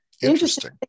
Interesting